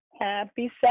Happy